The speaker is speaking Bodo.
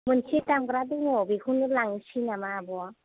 मोनसे दामग्रा दङ' बेखौनो लांसै नामा आब'